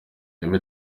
iba